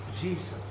Jesus